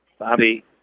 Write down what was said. Bobby